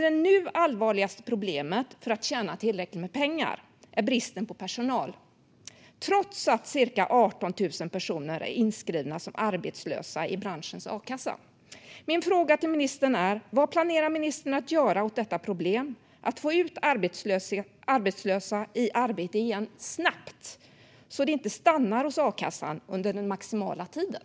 Det nu allvarligaste problemet för att tjäna tillräckligt med pengar är bristen på personal, trots att cirka 18 000 personer är inskrivna som arbetslösa i branschens a-kassa. Min fråga till ministern är: Vad planerar ministern att göra åt problemet med att få ut arbetslösa i arbete igen snabbt, så att de inte stannar hos akassan under den maximala tiden?